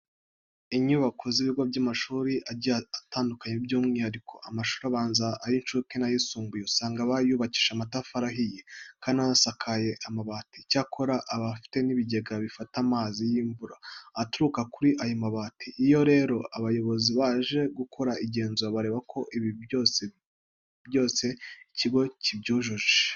Inyubako z'ibigo by'amashuri agiye atandukanye by'umwihariko amashuri abanza, ay'incuke n'ayisumbuye usanga aba yubakishije amatafari ahiye kandi anasakaje amabati. Icyakora aba afite n'ibigega bifata amazi y'imvura aturuka kuri ayo mabati. Iyo rero abayobozi baje gukora igenzura bareba ko ibi byose ikigo kibyujuje.